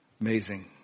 amazing